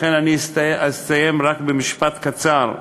לכן אני אסיים רק במשפט קצר,